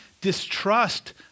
distrust